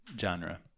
genre